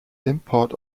import